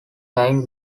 time